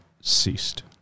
ceased